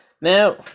Now